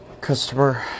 customer